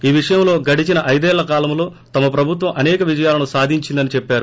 ఈ విషయంలో గడచిన ఐదేళ్ల కాలంలో తమ ప్రభుత్వం అసేక విజయాలను సాధించిందని చెప్పారు